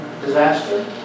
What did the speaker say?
disaster